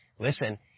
Listen